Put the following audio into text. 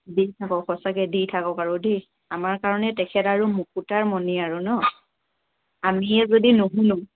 দি থাকক সঁচাকৈ দি থাকক আৰু দেই আমাৰ কাৰণে তেখেত আৰু মুকুতাৰ মণি আৰু ন আমিয়ে যদি নোশুনো